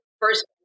first